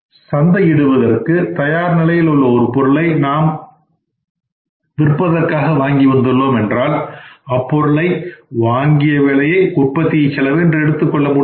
சந்தையிடுவதற்கு தயார் நிலையில் உள்ள ஒரு பொருளை நாம் விற்பதற்காக வாங்கி வந்துள்ளோம் என்றால் அப்பொருளை வாங்கிய விலையை உற்பத்தி செலவு என்று எடுத்துக்கொள்ள முடியாது